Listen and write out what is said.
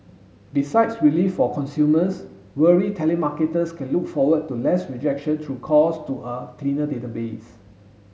besides relief for consumers weary telemarketers can look forward to less rejection through calls to a cleaner database